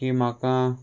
की म्हाका